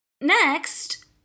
Next